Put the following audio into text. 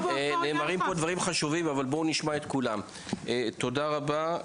תודה רבה.